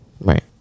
Right